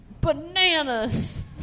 bananas